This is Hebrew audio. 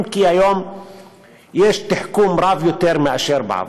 אם כי היום יש תחכום רב יותר מאשר בעבר.